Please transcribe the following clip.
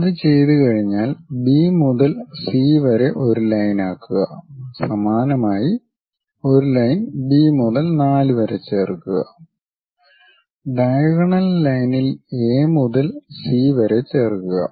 അത് ചെയ്തുകഴിഞ്ഞാൽ ബി മുതൽ സി വരെ ഒരു ലൈൻ ആക്കുക സമാനമായി ഒരു ലൈൻ ബി മുതൽ 4 വരെ ചേർക്കുക ഡയഗണൽ ലൈനിൽ എ മുതൽ സി വരെ ചേർക്കുക